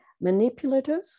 manipulative